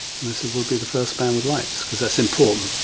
and i said, we'll be the first band with lights, cause that's important.